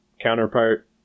Counterpart